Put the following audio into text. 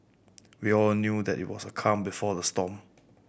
we all knew that it was the calm before the storm